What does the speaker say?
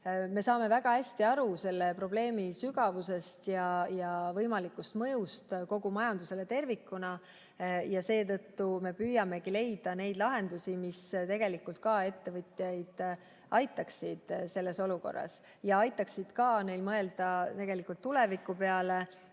Me saame väga hästi aru selle probleemi sügavusest ja võimalikust mõjust kogu majandusele tervikuna. Seetõttu me püüamegi leida neid lahendusi, mis tegelikult ka aitaksid ettevõtjaid selles olukorras ja aitaksid neil mõelda pikemalt tuleviku peale.